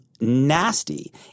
nasty